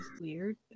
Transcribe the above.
weird